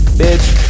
Bitch